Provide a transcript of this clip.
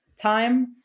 time